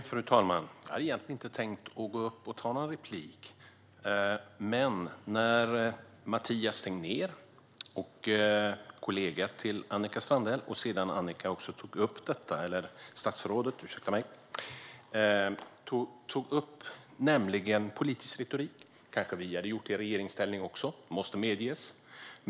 Fru talman! Jag hade egentligen inte tänkt gå upp och ta någon replik, men när Mathias Tegnér, kollega till Annika Strandhäll, och sedan också statsrådet själv tog upp detta kunde jag inte låta bli. Det är politisk retorik, och vi kanske också skulle ha använt det i regeringsställning - det måste medges.